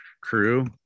crew